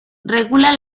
regula